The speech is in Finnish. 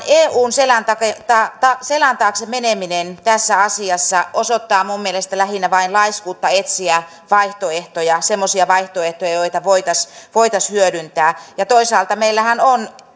eun selän taakse meneminen tässä asiassa osoittaa minun mielestäni lähinnä vain laiskuutta etsiä semmoisia vaihtoehtoja joita voitaisiin voitaisiin hyödyntää ja toisaalta meillähän on